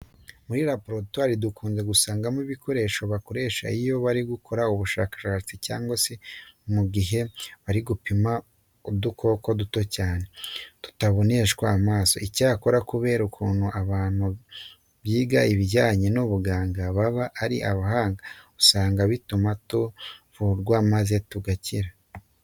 Muri laboratwari dukunze gusangamo ibikoresho bakoresha iyo bari gukora ubushakashatsi cyangwa se mu gihe bari gupima udukoko duto cyane tutaboneshwa amaso. Icyakora kubera ukuntu abantu biga ibijyanye n'ubuganga baba ari abahanga, usanga bituma tuvurwa maze tugakira.